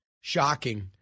Shocking